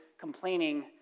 complaining